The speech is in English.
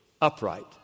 upright